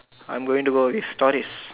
I'm going about these stories